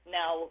now